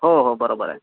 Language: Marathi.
हो हो बरोबर आहे